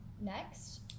Next